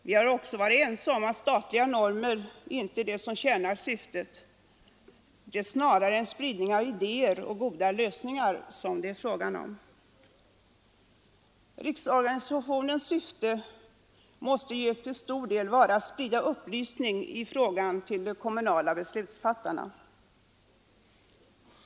Vi har också varit ense om att statliga normer inte är det som bäst tjänar detta syfte. Det är snarare en fråga om spridning av idéer och goda lösningar. Riksorganisationens syfte måste ju bl.a. vara att sprida upplysning i sådana frågor till de kommunala beslutsfattarna.